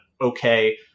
okay